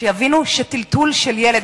שיבינו שטלטול של ילד,